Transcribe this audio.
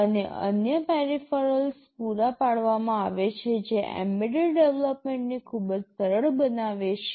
અને અન્ય પેરિફેરલ્સ પૂરા પાડવામાં આવે છે જે એમ્બેડેડ ડેવલપમેન્ટને ખૂબ જ સરળ બનાવે છે